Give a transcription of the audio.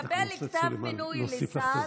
מקבל כתב מינוי לשר,